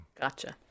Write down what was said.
Gotcha